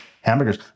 hamburgers